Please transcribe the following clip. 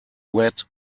wet